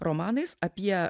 romanais apie